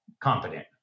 competent